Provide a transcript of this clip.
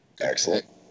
Excellent